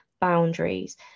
boundaries